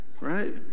right